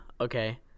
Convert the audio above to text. okay